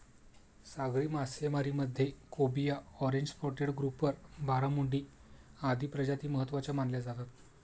सागरी मासेमारीमध्ये cobia, orange spotted grouper, barramundi आदी प्रजाती महत्त्वाच्या मानल्या जातात